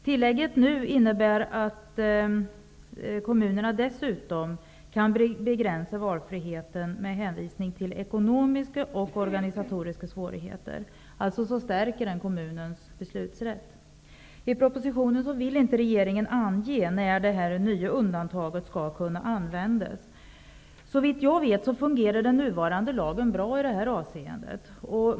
Tillägget innebär att kommunerna dessutom kan begränsa valfriheten med hänvisning till ekonomiska och organisatoriska svårigheter. Det stärker alltså kommunens beslutsrätt. I propositionen vill inte regeringen ange när detta nya undantag skall kunna användas. Såvitt jag vet fungerar den nuvarande lagen bra i det här avseendet.